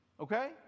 Okay